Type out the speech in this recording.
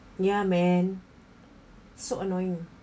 ya man so annoying